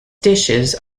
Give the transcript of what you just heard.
dishes